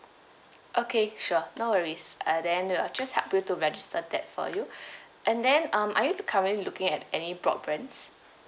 okay sure no worries uh then I'll just help you to register that for you and then um are you currently looking at any broadbands